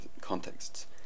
contexts